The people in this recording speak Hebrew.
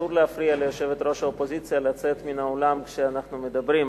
אסור להפריע ליושבת-ראש האופוזיציה לצאת מן האולם כשאנו מדברים.